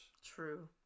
True